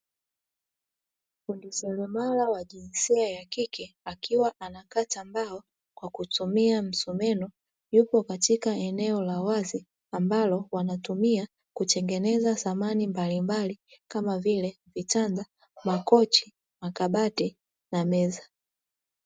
Fundi seremala wa jinsia ya kike akiwa anakata mbao kwa kutumia msumeno yupo katika eneo la wazi amabalo wanatumia kutengeneza samani mbalimbali kama vie; vitanda, makochi, makabati na meza.